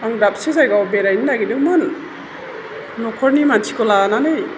आं दाबसे जायगायाव बेरायहैनो नागिरदोमोन न'खरनि मानसिखौ लानानै